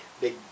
big